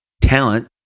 talent